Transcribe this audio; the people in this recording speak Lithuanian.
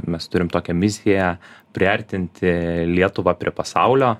mes turim tokią misiją priartinti lietuvą prie pasaulio